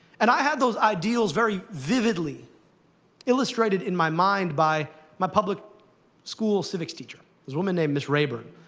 and i had those ideals very vividly illustrated in my mind by my public school civics teacher. this woman named miss rayburn.